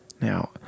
Now